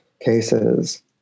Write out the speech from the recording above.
cases